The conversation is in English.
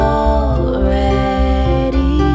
already